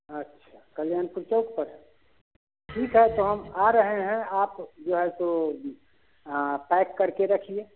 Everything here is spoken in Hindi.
अच्छा कल्याणपुर चौक पर ठीक है तो हम आ रहे हैं आप जो है तो पैक कर के रखिए